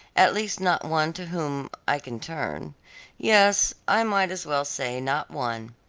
at least not one to whom i can turn yes, i might as well say, not one.